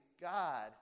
God